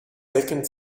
second